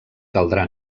caldrà